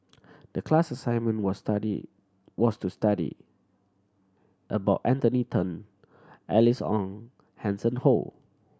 the class assignment was study was to study about Anthony Then Alice Ong Hanson Ho